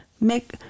make